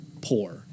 poor